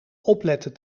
opletten